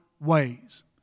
ways